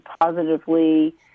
positively